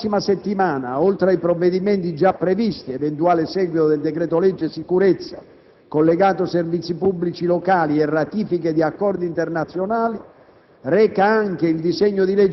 calendario della prossima settimana, oltre ai provvedimenti già previsti (eventuale seguito del decreto-legge sicurezza, collegato servizi pubblici locali e ratifiche di accordi internazionali),